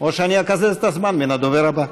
או שאני אקזז את הזמן מן הדובר הבא.